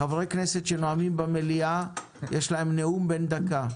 חברי כנסת שנואמים במליאה יש להם נאום בן דקה.